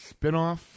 spinoff